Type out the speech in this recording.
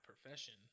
profession